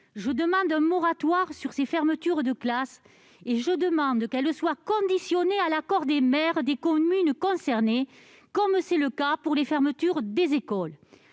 décidé un moratoire sur ces fermetures de classe et que celles-ci soient conditionnées à l'accord des maires des communes concernées, comme c'est le cas pour les fermetures d'écoles.